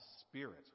spirit